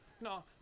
No